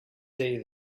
day